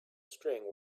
string